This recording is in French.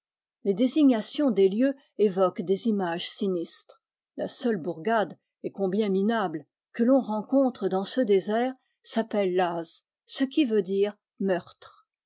les désignations des lieux évoquent des images sinistres la seule bourgade et combien minable que l'on rencontre dans ce désert s'appelle laz ce qui veut dire meurtre